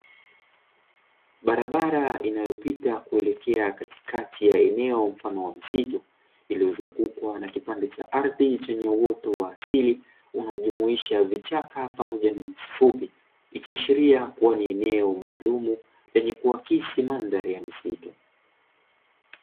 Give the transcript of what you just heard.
Barabara inayopita kuelekea katikati ya eneo mfano wa msitu iliyozungukwa na kipande cha ardhi chenye uoto wa asili unaojumuisha vichaka pamoja na nyasi fupi, ikiashiria kuwa ni eneo maalumu lenye kuakisi mandhari ya misitu.